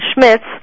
Schmitz